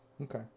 Okay